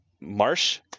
Marsh